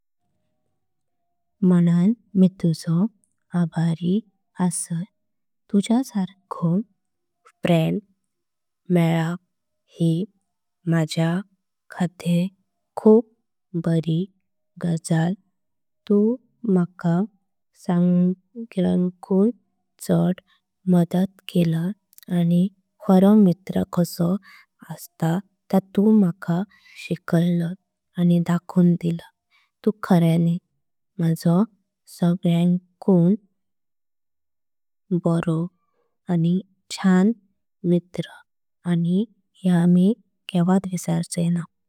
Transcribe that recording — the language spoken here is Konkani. म्हणन मी तुजो आभारि असय तुज्या सर्खो फ्रेंड मेलप। ही माझ्या खातीर खूप बरी गजल तु मका सगळ्यांकुन। चाड मदत केलय आणि खरो मित्रा कसो अस्त ता तू मका। दाखोवण दिलय तु खऱ्याणीत माझो सगळ्यांकुन। चण मित्रा आणि या मी केवट विसरचय ना।